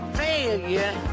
failure